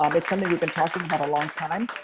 um it's something we've been talking about a long time.